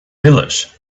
village